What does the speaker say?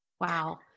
wow